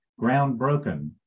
Groundbroken